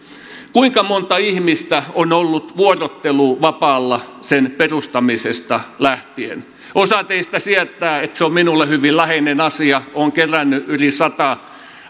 kuinka monta ihmistä on ollut vuorotteluvapaalla sen perustamisesta lähtien osa teistä tietää että se on minulle hyvin läheinen asia olen kerännyt aikanaan yli sata